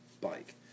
bike